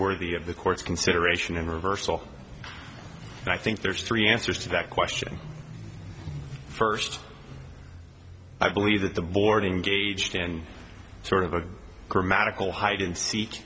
worthy of the court's consideration in reversal and i think there's three answers to that question first i believe that the boarding gauged in sort of a grammatical hide and seek